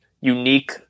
unique